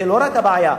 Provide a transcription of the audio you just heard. זה לא רק הבעיה.